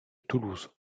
toulouse